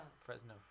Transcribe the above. Fresno